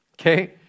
Okay